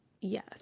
Yes